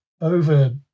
over